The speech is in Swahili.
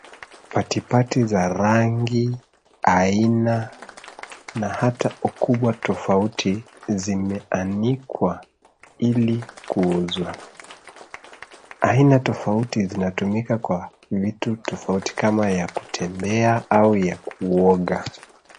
Patipati za rangi, aina na hata ukubwa tofauti zimeanikwa ili kuuzwa. Aina tofauti zinatumika kwa vitu tofauti kama ya kutembea au ya kuoga.